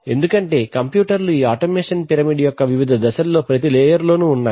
ఎందుకంటే కంప్యూటర్లు ఈ ఆటోమేషన్ పిరమిడ్ యొక్క వివిధ దశల్లో ప్రతి లేయర్ లోనూ ఉన్నాయి